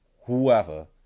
whoever